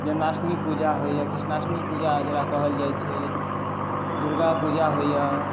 जनमाष्टमी पूजा होइया कृष्णाष्टमी पूजा जेकरा कहल जाइ छै दुर्गा पूजा होइया